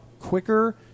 quicker